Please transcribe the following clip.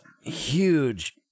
huge